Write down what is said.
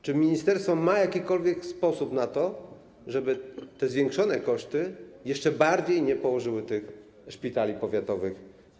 Czy ministerstwo ma jakikolwiek sposób na to, żeby te zwiększone koszty jeszcze bardziej tam, w terenie nie położyły szpitali powiatowych?